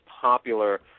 popular